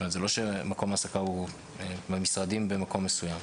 זה לא שמקום ההעסקה הוא במשרדים במקום מסוים.